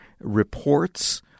reports